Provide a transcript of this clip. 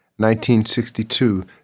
1962